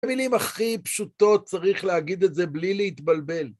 מילים הכי פשוטות צריך להגיד את זה בלי להתבלבל.